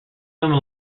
filmed